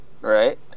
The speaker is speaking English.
Right